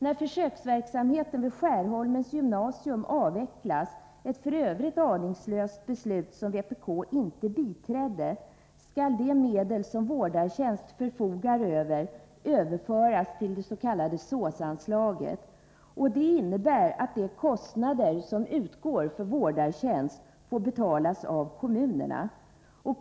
När försöksverksamheten vid Skärholmens gymnasium avvecklas, ett f. ö. aningslöst beslut som vpk inte biträdde, skall de medel som vårdartjänst förfogar över överföras till det s.k. SÅS-anslaget. Detta innebär att de kostnader som utgår för vårdartjänst får betalas av kommunerna.